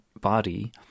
body